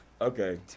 okay